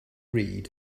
read